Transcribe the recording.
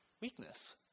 weakness